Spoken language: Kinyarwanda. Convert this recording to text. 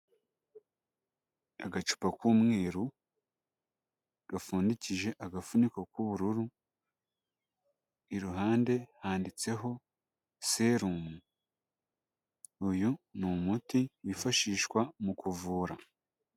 Agacupa k'umweru gapfundikije agafuniko k'ubururu, iruhande handitseho serumu. Uyu ni umuti wifashishwa mu kuvura.